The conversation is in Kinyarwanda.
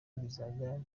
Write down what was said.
bizajya